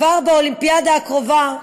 כבר באולימפיאדה הקרובה,